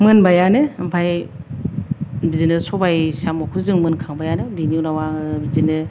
मोनबायानो ओमफाय बिदिनो सबाय साम'खौ जों मोनखांबायानो बेनि उनाव आङो बिदिनो